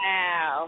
Wow